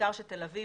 בעיקר שתל אביב,